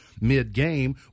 mid-game